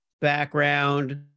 background